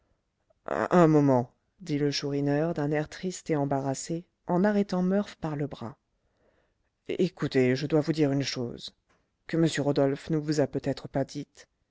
un moment dit le chourineur d'un air triste et embarrassé en arrêtant murph par le bras écoutez je dois vous dire une chose que m rodolphe ne vous a peut-être pas dite